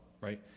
right